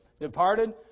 departed